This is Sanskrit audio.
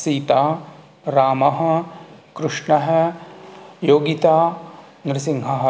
सीता रामः कृष्णः योगिता नरसिंहः